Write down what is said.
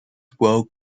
world